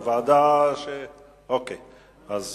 אנחנו